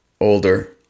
older